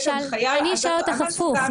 להלן תרגומם: אני אשאל אותך הפוך,